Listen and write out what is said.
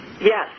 Yes